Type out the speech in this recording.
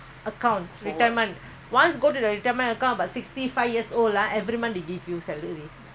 that is the rules you know !huh! P_R all same